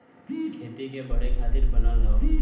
खेती के बढ़े खातिर बनल हौ